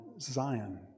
Zion